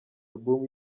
album